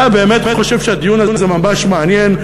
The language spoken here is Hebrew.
אתה באמת חושב שהדיון הזה ממש מעניין.